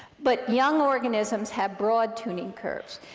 but young organisms have broad tuning curves.